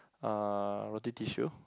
uh Roti-Tissue